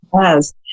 Yes